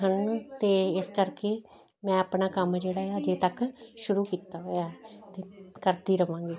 ਹਨ ਅਤੇ ਇਸ ਕਰਕੇ ਮੈਂ ਆਪਣਾ ਕੰਮ ਜਿਹੜਾ ਹਾਲੇ ਤੱਕ ਸ਼ੁਰੂ ਕੀਤਾ ਹੋਇਆ ਅਤੇ ਕਰਦੀ ਰਹਾਂਗੀ